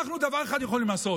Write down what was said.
דבר אחד אנחנו יכולים לעשות: